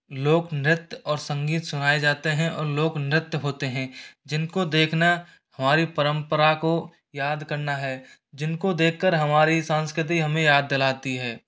लोक नृत्य और संगीत सुनाएं जाते हैं और लोक नृत्य होते हैं जिनको देखना हमारी परंपरा को याद करना है जिनको देखकर हमारी संस्कृति हमें याद दिलाती है